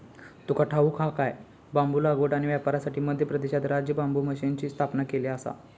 तुका ठाऊक हा काय?, बांबू लागवड आणि व्यापारासाठी मध्य प्रदेशात राज्य बांबू मिशनची स्थापना केलेली आसा